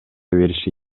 бериши